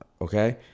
Okay